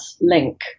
link